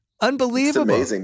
Unbelievable